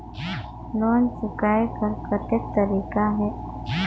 Loan चुकाय कर कतेक तरीका है?